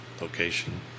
Location